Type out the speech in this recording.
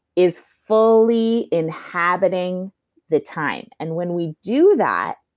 is fully inhabiting the time. and when we do that.